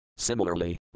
Similarly